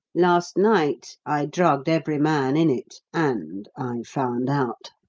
last night i drugged every man in it, and i found out.